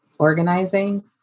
organizing